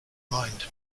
mind